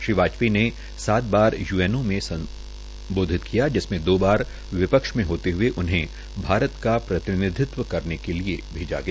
श्री वाजपेयी ने सात बार य्एनओ में सम्बोधित किया जिसमें दो बार विपक्ष में होते हुए उन्हें भारत का प्रतिनिधित्व करने के लिए भेजा गया